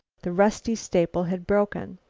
the rusty staple had broken.